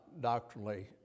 doctrinally